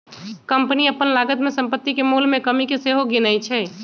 company अप्पन लागत में सम्पति के मोल में कमि के सेहो गिनै छइ